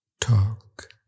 talk